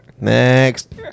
Next